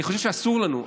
אני חושב שאסור לנו,